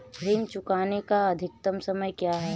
ऋण चुकाने का अधिकतम समय क्या है?